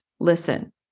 Listen